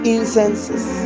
Incenses